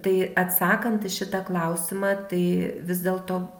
tai atsakant į šitą klausimą tai vis dėlto